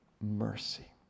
mercy